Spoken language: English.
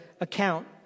account